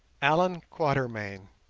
allan quatermain